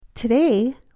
Today